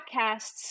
podcasts